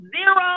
zero